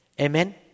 Amen